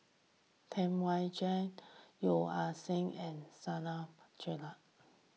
Tam Wai Jia Yeo Ah Seng and Nasir Jalil